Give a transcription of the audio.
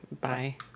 Bye